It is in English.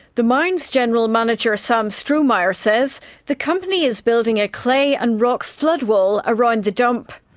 the mine's general manager sam strohmayr says the company is building a clay and rock flood wall around the dump.